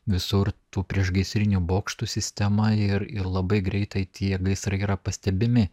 visur tų priešgaisrinių bokštų sistema ir ir labai greitai tie gaisrai yra pastebimi